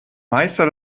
meister